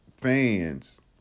fans